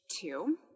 Two